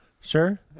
sure